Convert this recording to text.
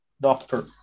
Doctor